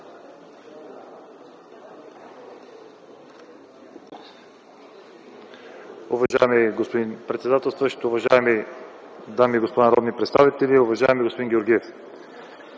Уважаеми господин председател, уважаеми дами и господа народни представители, уважаеми господин Цветанов!